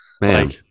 Man